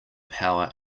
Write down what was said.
power